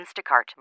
Instacart